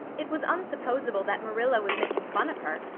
it was unsupposable that marilla was making fun of her,